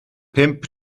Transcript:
pump